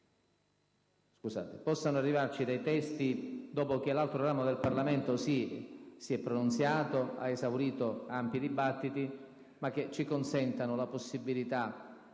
futuro possano arrivarci dei testi, dopo che l'altro ramo del Parlamento si è pronunciato e ha esaurito ampi dibattiti, che ci diano la possibilità,